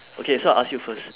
okay so I ask you first